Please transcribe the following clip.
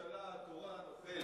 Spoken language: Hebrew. נציג הממשלה התורן אוכל,